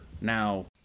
now